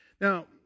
Now